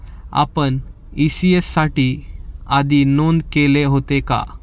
आपण इ.सी.एस साठी आधी नोंद केले होते का?